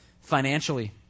financially